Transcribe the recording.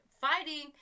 fighting